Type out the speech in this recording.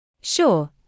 Sure